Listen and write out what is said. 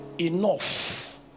enough